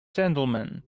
gentlemen